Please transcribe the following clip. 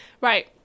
Right